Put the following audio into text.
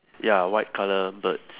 ya white colour birds